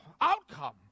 outcome